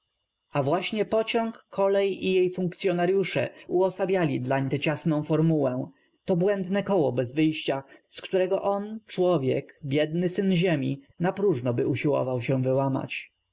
a w łaśnie pociąg kolej i jej funkcyonaryusze uosabiali dlań tę ciasną form ułę to błędne koło bez wyjścia z któ reg o on człowiek biedny syn ziemi napróżnoby usiłow ał się w